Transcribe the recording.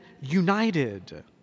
united